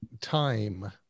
time